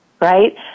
Right